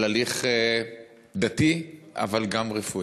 על הליך דתי, אבל גם רפואי.